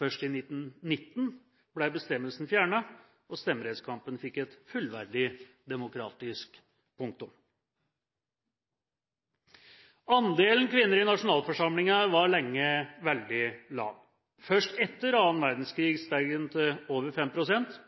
Først i 1919 ble bestemmelsen fjernet og stemmerettskampen fikk et fullverdig demokratisk punktum. Andelen kvinner i nasjonalforsamlingen var lenge veldig lav. Først etter annen verdenskrig steg den til over 5 pst.,